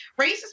Racist